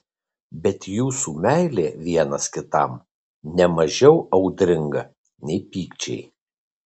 bet jūsų meilė vienas kitam ne mažiau audringa nei pykčiai